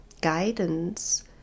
guidance